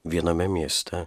viename mieste